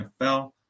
NFL